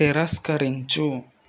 తిరస్కరించు